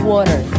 Water